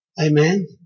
Amen